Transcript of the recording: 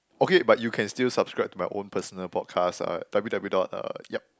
okay but you can still subscribe to my own personal podcast uh W W dot uh yup